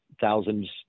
thousands